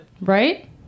Right